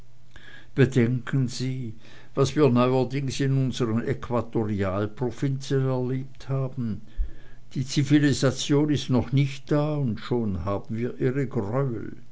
bedenken sie was wir neuerdings in unsern äquatorialprovinzen erlebt haben die zivilisation ist noch nicht da und schon haben wir ihre greuel